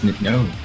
no